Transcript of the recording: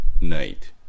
night